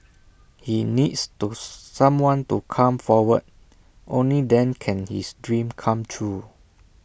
he needs to someone to come forward only then can his dream come true